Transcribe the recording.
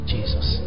Jesus